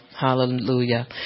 Hallelujah